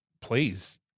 Please